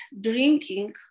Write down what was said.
drinking